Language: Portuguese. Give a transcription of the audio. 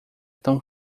tão